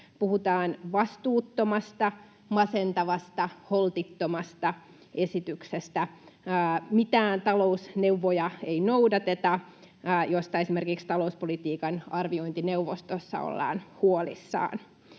Puhutaan vastuuttomasta, masentavasta, holtittomasta esityksestä. Mitään talousneuvoja ei noudateta, mistä esimerkiksi talouspolitiikan arviointineuvostossa ollaan huolissaan.